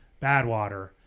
Badwater